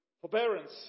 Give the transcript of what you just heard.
forbearance